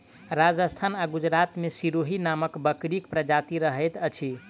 राजस्थान आ गुजरात मे सिरोही नामक बकरीक प्रजाति रहैत अछि